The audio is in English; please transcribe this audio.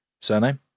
Surname